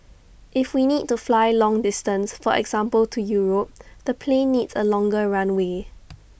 if we need to fly long distance for example to Europe the plane needs A longer runway